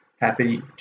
happy